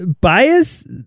Bias